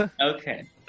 Okay